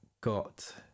got